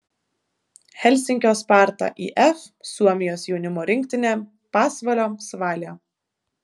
helsinkio sparta if suomijos jaunimo rinktinė pasvalio svalia